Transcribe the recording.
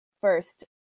first